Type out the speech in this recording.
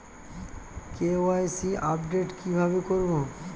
KYC update কি ভাবে করবো?